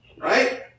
right